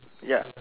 ya